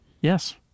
Yes